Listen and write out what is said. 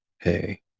hey